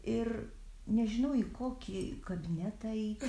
ir nežinau į kokį kabinetą eit